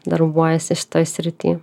darbuojasi šitoj srity